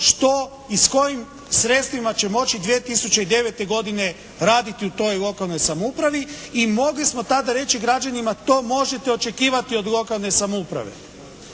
i s kojim sredstvima će moći 2009. godine raditi u toj lokalnoj samoupravi i mogli smo tada reći građanima to možete očekivati od lokalne samouprave,